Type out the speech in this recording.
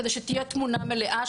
כדי שתהיה תמונה מלאה,